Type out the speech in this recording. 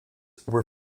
were